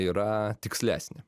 yra tikslesnė